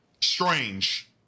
Strange